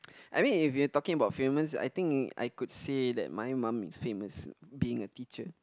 I mean if you're talking about famous I think it I could say that my mum is famous being a teacher